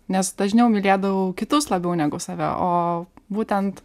nes dažniau mylėdavau kitus labiau negu save o būtent